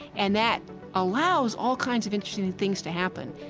and that allows all kinds of interesting things to happen.